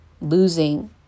Losing